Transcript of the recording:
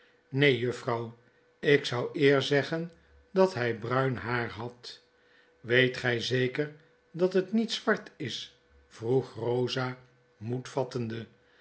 neen juffrouw ik zou eer zeggen dat hg bruin haar had weet gg zeker dat het niet zwart is vroeg rosa moed vattende